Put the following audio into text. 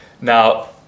now